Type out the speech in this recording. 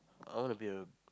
I want to be a